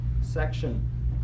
section